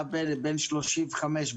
אתה בן 35,